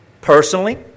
personally